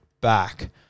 back